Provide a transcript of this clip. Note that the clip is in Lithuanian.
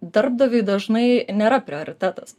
darbdaviui dažnai nėra prioritetas